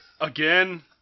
Again